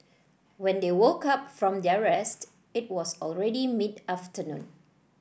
when they woke up from their rest it was already mid afternoon